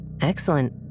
Excellent